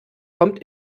kommt